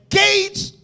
gates